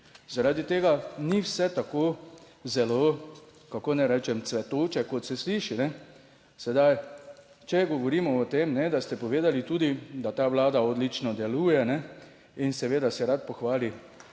Zaradi tega ni vse tako zelo, kako naj rečem, cvetoče kot se sliši. Sedaj, če govorimo o tem, da ste povedali tudi, da ta Vlada odlično deluje in seveda se rad pohvali